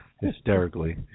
hysterically